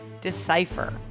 Decipher